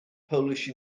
polish